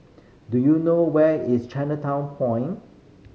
do you know where is Chinatown Point